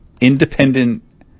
independent